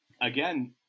again